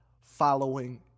following